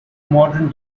modern